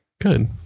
Good